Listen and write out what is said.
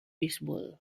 bisbol